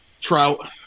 Trout